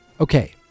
Okay